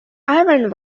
iran